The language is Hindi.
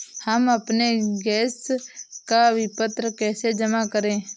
हम अपने गैस का विपत्र कैसे जमा करें?